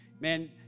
Man